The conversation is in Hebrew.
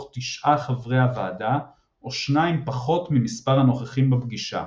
חברי הוועדה או שניים פחות ממספר הנוכחים בפגישה.